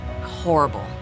horrible